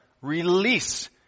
release